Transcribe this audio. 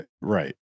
right